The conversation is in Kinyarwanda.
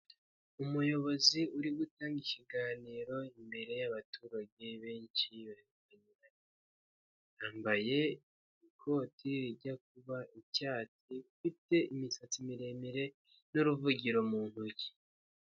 Umuyobozi uri gutanga ikiganiro imbere y'abaturage benshi, yambaye ikoti rijya kuba icyatsi rifite imisatsi miremire, n'uruvugiro mu ntoki.